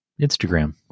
Instagram